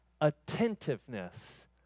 attentiveness